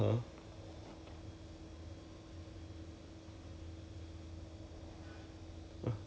then all these all these scheme came out already actually then like last month I did a did a sim with him ah 他都没有讲东西 lor